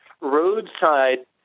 roadside